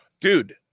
dude